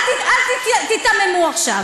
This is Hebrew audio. אל תיתממו עכשיו.